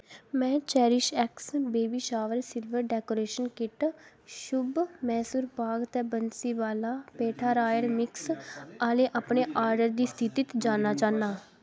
में चैरिश एक्स आर्डर दी स्थिति जानना चाह्न्नां